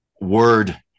word